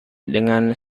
dengan